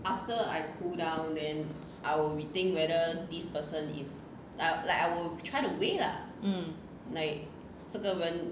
mm